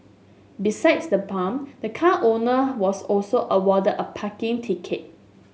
besides the bump the car owner was also awarded a parking ticket